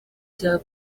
bya